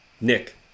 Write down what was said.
Nick